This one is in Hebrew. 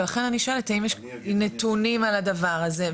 ולכן אני שואלת האם יש נתונים על הדבר הזה,